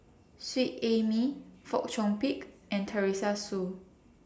Seet Ai Mee Fong Chong Pik and Teresa Hsu